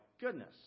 goodness